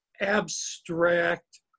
abstract